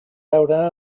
veure